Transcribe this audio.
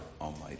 Almighty